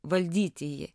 valdyti jį